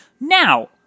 Now